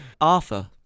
Arthur